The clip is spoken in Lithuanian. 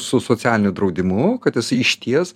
su socialiniu draudimu kad jisai išties